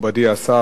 מכובדי השר,